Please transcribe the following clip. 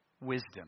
Wisdom